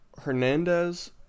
hernandez